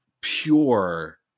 pure